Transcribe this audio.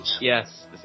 yes